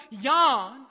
yawn